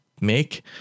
make